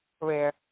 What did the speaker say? career